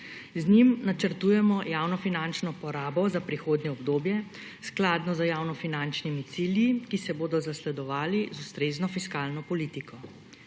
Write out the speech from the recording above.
Z njim načrtujemo javnofinančno porabo za prihodnje obdobje skladno z javnofinančnimi cilji, ki se bodo zasledovali z ustrezno fiskalno politiko.